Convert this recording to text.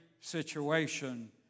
situation